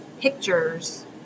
pictures